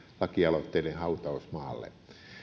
lakialoitteiden hautausmaalle